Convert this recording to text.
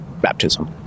baptism